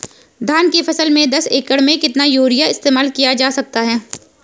धान की फसल में दस एकड़ में कितना यूरिया इस्तेमाल किया जा सकता है?